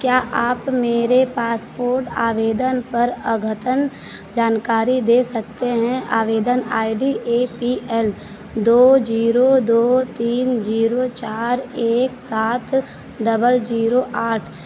क्या आप मेरे पासपोर्ट आवेदन पर एक अघतन जानकारी दे सकते हैं आवेदन I D A P L दो जीरो दो तीन जीरो चार एक सात डबल जीरो आठ